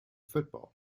football